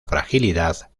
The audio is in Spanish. fragilidad